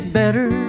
better